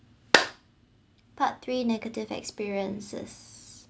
part three negative experiences